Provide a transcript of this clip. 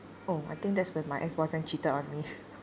oh I think that's when my ex boyfriend cheated on me